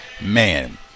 man